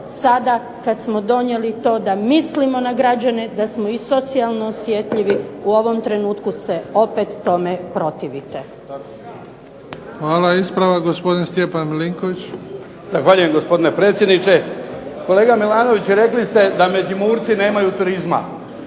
Sada kad smo donijeli to da mislimo na građane, da smo i socijalno osjetljivi u ovom trenutku se opet tome protivite.